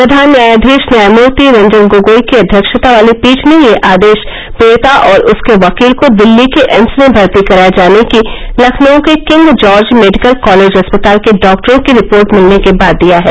प्रधान न्यायाधीश न्यायमूर्ति रंजन गोगोई की अध्यक्षता वाली पीठ ने यह आदेश पीडिता और उसके वकील को दिल्ली के एम्स में भर्ती कराये जाने की लखनऊ के किंग जॉर्ज मेडिकल कॉलेज अस्पताल के डॉक्टरो की रिपोर्ट मिलने के बाद दिया है